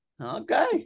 Okay